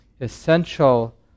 essential